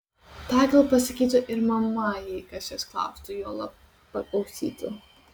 tą gal pasakytų ir mama jei kas jos klaustų juolab paklausytų